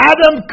Adam